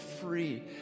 free